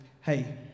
Hey